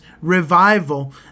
revival